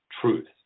truth